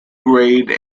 grade